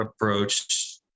approach